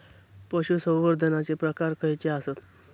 पशुसंवर्धनाचे प्रकार खयचे आसत?